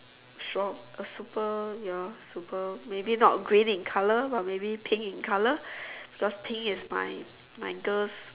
strong a super you know super maybe not green in color but maybe pink in color because pink is my my girl's